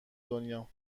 دنیا